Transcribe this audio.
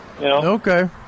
Okay